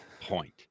point